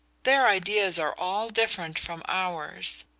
their ideas are all different from ours.